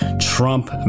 Trump